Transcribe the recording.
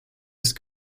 ist